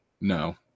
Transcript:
No